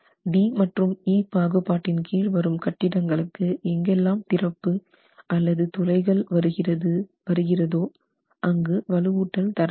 D மற்றும் E பாகுபாட்டின் கீழ் வரும் கட்டிடங்களுக்கு எங்கெல்லாம் திறப்பு அல்லது துளைகள் வருகிறது வருகிறதோ அங்கு வலுவூட்டல் தர வேண்டும்